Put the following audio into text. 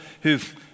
who've